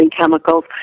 chemicals